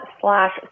slash